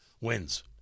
wins